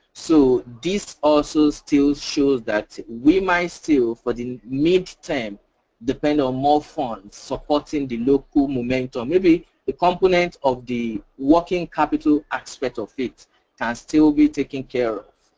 so this also still shows that we might still, for the meantime, depend on more funds supporting the local momentum. maybe the component of the working capital aspect of it can and still be taken care of,